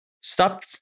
stop